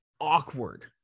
awkward